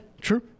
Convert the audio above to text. true